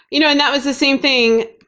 you know, and that was the same thing.